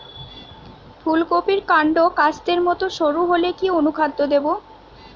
ফুলকপির কান্ড কাস্তের মত সরু হলে কি অনুখাদ্য দেবো?